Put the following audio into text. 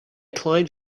climbed